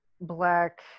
black